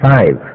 Five